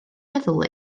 meddwl